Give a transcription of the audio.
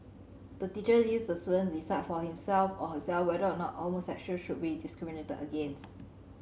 the teacher leaves the student decide for himself or herself whether or not homosexual should be discriminated against